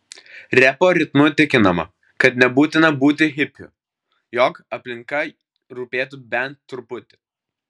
repo ritmu tikinama kad nebūtina būti hipiu jog aplinka rūpėtų bent truputį